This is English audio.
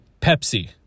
Pepsi